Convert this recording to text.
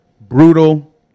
brutal